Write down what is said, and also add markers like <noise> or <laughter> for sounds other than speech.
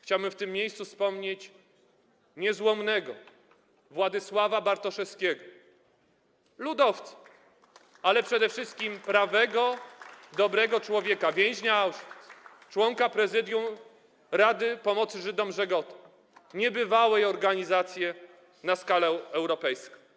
Chciałbym w tym miejscu wspomnieć niezłomnego Władysława Bartoszewskiego, <applause> ludowca, ale przede wszystkim prawego, dobrego człowieka, więźnia Auschwitz, członka prezydium Rady Pomocy Żydom „Żegota”, niebywałej organizacji na skalę europejską.